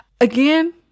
again